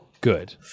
good